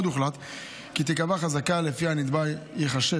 עוד הוחלט כי תיקבע חזקה שלפיה הנתבע ייחשב